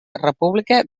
república